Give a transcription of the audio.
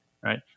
right